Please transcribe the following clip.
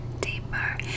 deeper